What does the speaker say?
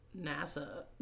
NASA